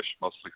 mostly